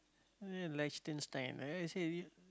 Liechtenstein